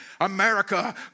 America